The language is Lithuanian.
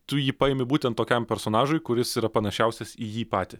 tu jį paimi būtent tokiam personažui kuris yra panašiausias į jį patį